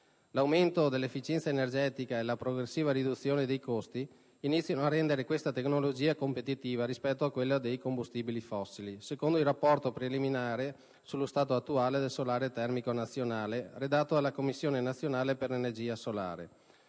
l'aumento dell'efficienza energetica e la progressiva riduzione dei costi iniziano a rendere questa tecnologia competitiva rispetto a quella dei combustibili fossili; secondo il rapporto preliminare sullo stato attuale del solare termico nazionale, redatto dalla Commissione nazionale per l'energia solare,